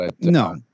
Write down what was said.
no